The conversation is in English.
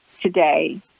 today